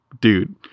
dude